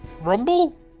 Rumble